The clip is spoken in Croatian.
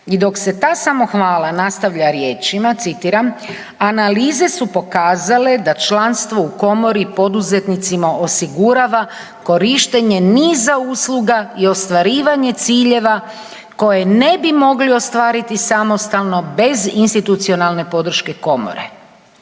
i dok se ta samohvala nastavlja riječima, citiram, analize su pokazale da članstvo u komori poduzetnicima osigurava korištenje niza usluga i ostvarivanje ciljeva koje ne bi mogli ostvariti samostalno bez institucionalne podrške komore.